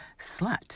slut